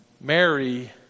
Mary